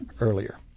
earlier